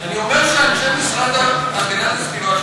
אני אומר שאנשי המשרד להגנת הסביבה,